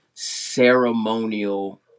Ceremonial